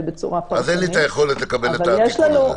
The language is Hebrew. בצורה פרטנית -- אז אין לי את היכולת לקבל את התיקון הזה.